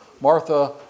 Martha